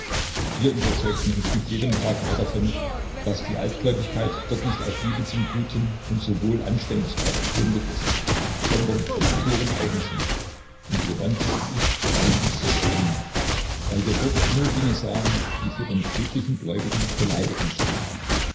wir überzeugten uns mit jedem tag mehr davon daß die altgläubigkeit dort nicht auf liebe zum guten und zur wohlanständigkeit begründet ist sondern auf purem eigensinn und lewontij und ich begannen uns darüber zu schämen weil wir dort nur solches sahen was für den friedlichen gläubigen beleidigend ist